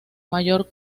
mayor